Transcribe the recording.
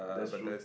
that's true